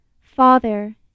Father